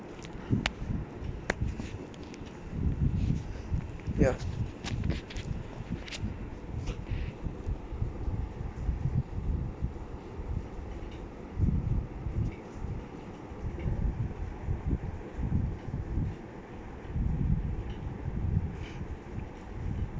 ya